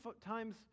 times